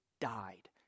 died